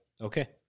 Okay